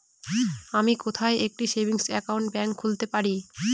আমি কোথায় একটি সেভিংস অ্যাকাউন্ট খুলতে পারি?